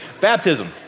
baptism